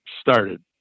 started